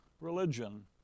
religion